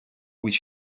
with